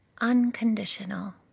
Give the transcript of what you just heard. unconditional